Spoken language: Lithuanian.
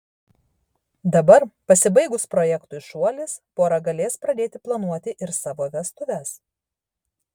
dabar pasibaigus projektui šuolis pora galės pradėti planuoti ir savo vestuves